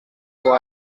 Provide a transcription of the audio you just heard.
why